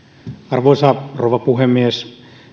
arvoisa rouva puhemies